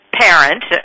parent